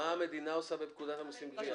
מה המדינה עושה בפקודת המסים(גבייה)?